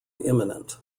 imminent